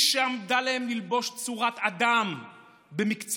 והיא שעמדה להם ללבוש צורת אדם במקצת,